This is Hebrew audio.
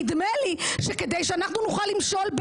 נדמה לי שכדי שאנחנו נוכל למשול,